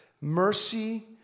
Mercy